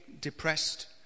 depressed